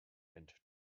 and